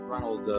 Ronald